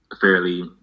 fairly